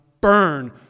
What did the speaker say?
burn